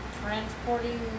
transporting